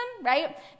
right